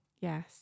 yes